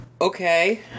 okay